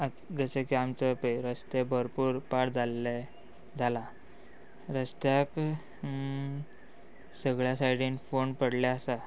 जशे की आमचो पळय रस्ते भरपूर पाड जाल्ले जाला रस्त्याक सगळ्या सायडीन फोंड पडले आसा